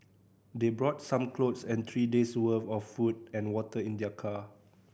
they brought some clothes and three days' worth of food and water in their car